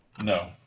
no